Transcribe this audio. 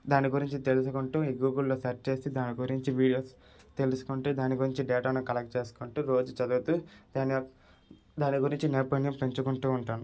దాని గురించి తెలుసుకుంటూ ఈ గూగుల్లో సెర్చ్ చేసి దాని గురించి వీడియోస్ తెలుసుకుంటూ దాని గురించి డేటాను కలెక్ట్ చేసుకుంటూ రోజూ చదువుతూ దాని యొక్క దాని గురించి నైపుణ్యం పెంచుకుంటూ ఉంటాను